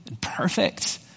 perfect